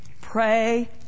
pray